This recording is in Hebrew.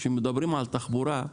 כשמדברים על תחבורה,